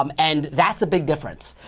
um and that's a big difference.